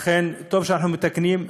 לכן, טוב שאנחנו מתקנים.